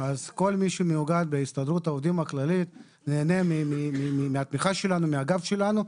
אז כל מי שמאוגד בהסתדרות העובדים הכללית נהנה מהתמיכה שלנו ומהגב שלנו.